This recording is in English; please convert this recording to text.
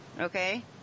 okay